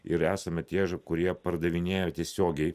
ir esame tie ž kurie pardavinėja tiesiogiai